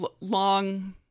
Long